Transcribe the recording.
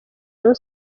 rayon